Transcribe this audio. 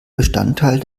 bestandteil